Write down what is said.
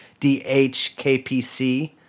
DHKPC